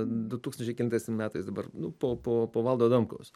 du tūkstančiai kelintais ten metais dabar nu po po po valdo adamkaus